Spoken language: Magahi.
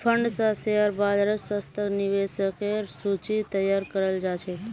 फंड स शेयर बाजारत सशक्त निवेशकेर सूची तैयार कराल जा छेक